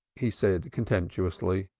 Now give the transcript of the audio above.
he said contemptuously.